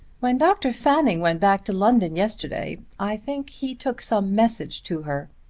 when dr. fanning went back to london yesterday i think he took some message to her.